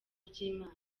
ry’imana